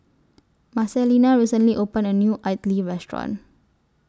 Marcelina recently opened A New Idly Restaurant